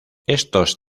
estos